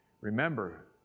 Remember